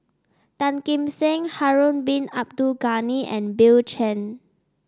Tan Kim Seng Harun Bin Abdul Ghani and Bill Chen